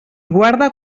guarda